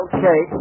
Okay